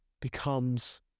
becomes